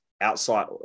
outside